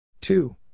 two